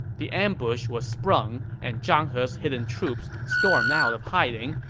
the ambush was sprung and zhang he's hidden troops stormed out of hiding,